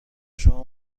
شما